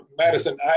Madison